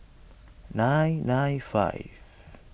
nine nine five